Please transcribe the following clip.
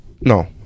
No